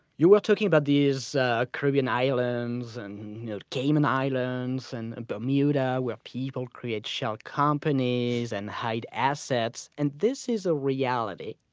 you are talking talking about these ah caribbean islands and you know cayman islands and bermuda where people create shell companies and hide assets, and this is a reality.